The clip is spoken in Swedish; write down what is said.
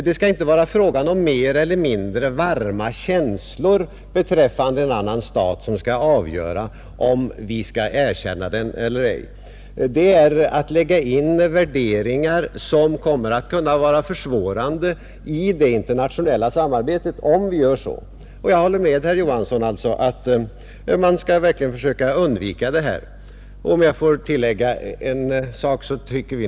Det skall inte vara våra mer eller mindre varma känslor för en annan stat som skall avgöra, om vi skall erkänna den eller ej. Om vi lägger in sådana värderingar, kommer det att kunna försvåra det internationella samarbetet. Jag håller alltså med herr 55 Johansson om att vi skall försöka undvika detta.